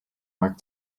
work